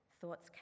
thoughts